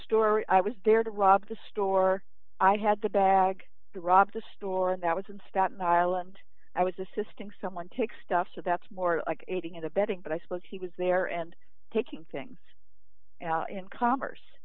store i was there to rob the store i had the bag to rob the store and that was in staten island i was assisting someone take stuff so that's more like aiding and abetting but i suppose he was there and taking things in commerce